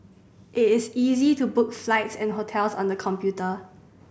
it is easy to book flights and hotels on the computer